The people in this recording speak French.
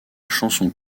chanson